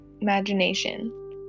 imagination